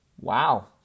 Wow